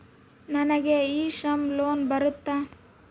ನನಗೆ e Shram loan ಬರುತ್ತಾ?